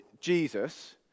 Jesus